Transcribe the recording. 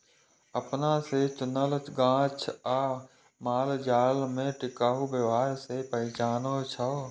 अपना से चुनल गाछ आ मालजाल में टिकाऊ व्यवहार से पहचानै छै